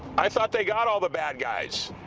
i thought they got all the bad guys.